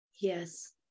Yes